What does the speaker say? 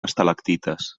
estalactites